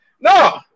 no